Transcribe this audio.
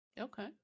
Okay